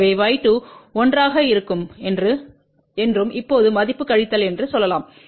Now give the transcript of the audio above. எனவே y2 1 ஆக இருக்கும் என்றும் இப்போது மதிப்பு கழித்தல் என்றும் சொல்லலாம்